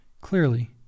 Clearly